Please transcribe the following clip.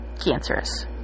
cancerous